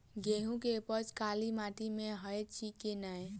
गेंहूँ केँ उपज काली माटि मे हएत अछि की नै?